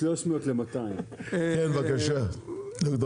בבקשה ד"ר גושן.